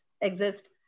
exist